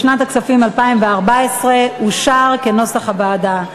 לשנת הכספים 2014, אושר כנוסח הוועדה.